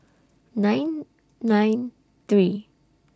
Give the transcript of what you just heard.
nine nine three